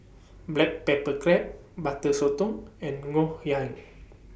Black Pepper Crab Butter Sotong and Ngoh Hiang